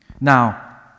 now